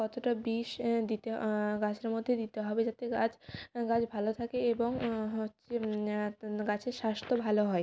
কতটা বিষ দিতে গাছের মধ্যে দিতে হবে যাতে গাছ গাছ ভালো থাকে এবং হচ্ছে গাছের স্বাস্থ্য ভালো হয়